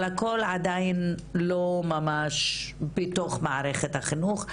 אבל הכל עדיין לא ממש בתוך מערכת החינוך,